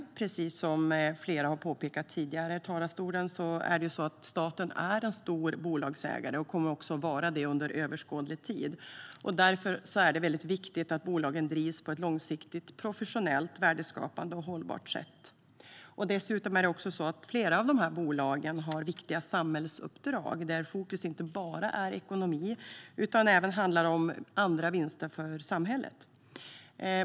Precis som flera har påpekat tidigare i talarstolen är staten en stor bolagsägare och kommer också att vara det under överskådlig tid. Därför är det viktigt att bolagen drivs på ett långsiktigt, professionellt, värdeskapande och hållbart sätt. Dessutom har flera av bolagen viktiga samhällsuppdrag, där fokus inte bara är på ekonomi utan även handlar om andra vinster för samhället.